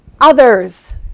others